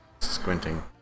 squinting